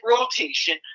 rotation